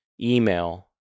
email